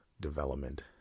development